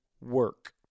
work